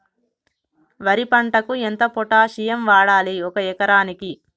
వరి పంటకు ఎంత పొటాషియం వాడాలి ఒక ఎకరానికి?